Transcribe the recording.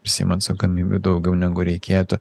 prisiima atsakomybių daugiau negu reikėtų